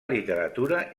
literatura